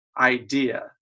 idea